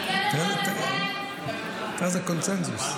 הטלפון הזה --- תראה איזה קונסנזוס.